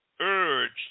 urged